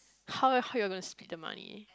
how eh how are you going to split the money